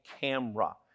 camera